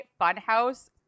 Funhouse